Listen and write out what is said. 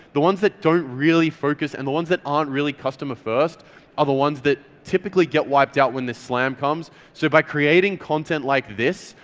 the ones that don't really focus, and the ones that aren't really customer first are the ones that typically get wiped out when the slam comes. so by creating content like this,